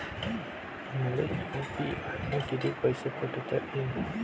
मले यू.पी.आय न किती पैसा पाठवता येईन?